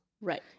right